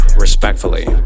respectfully